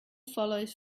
follows